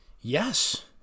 Yes